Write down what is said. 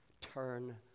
turn